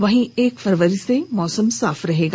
वहीं एक फरवरी से मौसम साफ होगा